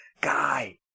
guy